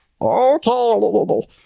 Okay